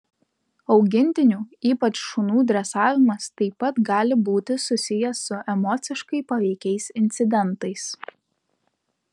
augintinių ypač šunų dresavimas taip pat gali būti susijęs su emociškai paveikiais incidentais